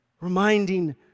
reminding